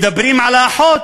מדברים על האחות,